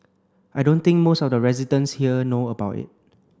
I don't think most of the residents here know about it